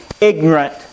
ignorant